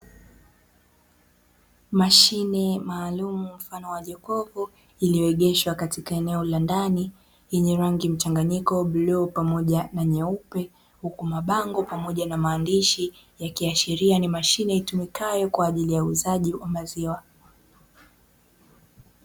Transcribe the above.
Mashine maalumu mfano wa jokofu iliyoegeshwa katika eneo la ndani enye rangi mchanganyiko bluu pamoja na nyeupe, huku mabango pamoja na maandishi yakiashiria ni mashine itumikayo kwa ajili ya uuzaji wa maziwa.